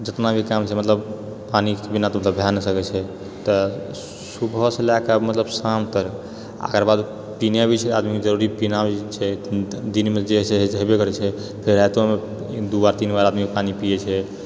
जेतना भी काम छै मतलब पानिके बिना तऽ मतलब भए नहि सकैत छै तऽ सुबह से लएके मतलब शाम तक आ ओकरबाद पीना भी छै आदमीके जरुरी पीना भी छै दिनमे जे होइ छै से हेबे करै छै फेर रातोमे दू बार तीन बार आदमी पानि पियै छै